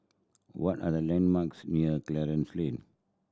what are the landmarks near Clarence Lane